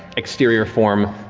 exterior form,